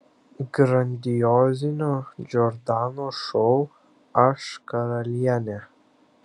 grandiozinio džordanos šou aš karalienė